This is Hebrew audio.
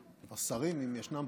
אותם,